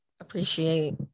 appreciate